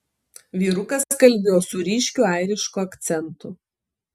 vyrukas kalbėjo su ryškiu airišku akcentu